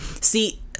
See